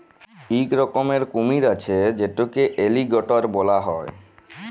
ইক রকমের কুমির আছে যেটকে এলিগ্যাটর ব্যলা হ্যয়